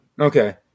Okay